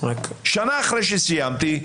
שנה אחרי שסיימתי,